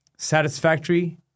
Satisfactory